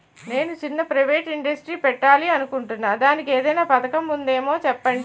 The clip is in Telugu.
నేను చిన్న ప్రైవేట్ ఇండస్ట్రీ పెట్టాలి అనుకుంటున్నా దానికి ఏదైనా పథకం ఉందేమో చెప్పండి?